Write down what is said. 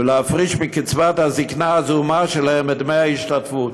ולהפריש מקבצת הזקנה הזעומה שלהם את דמי ההשתתפות.